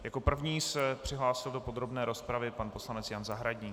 Jako první se přihlásil do podrobné rozpravy pan poslanec Jan Zahradník.